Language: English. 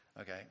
Okay